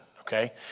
okay